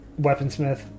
weaponsmith